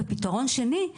ופתרון שני,